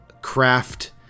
craft